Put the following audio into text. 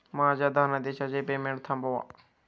माझ्या धनादेशाचे पेमेंट थांबवा